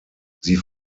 sie